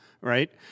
right